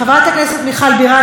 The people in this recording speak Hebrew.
חברת הכנסת מיכל בירן,